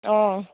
অঁ